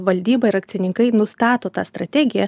valdyba ir akcininkai nustato tą strategiją